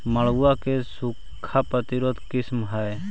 मड़ुआ के सूखा प्रतिरोधी किस्म हई?